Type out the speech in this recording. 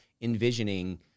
envisioning